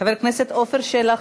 חבר הכנסת עפר שלח.